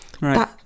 right